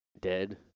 dead